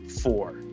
four